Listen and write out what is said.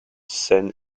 seine